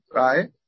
right